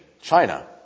China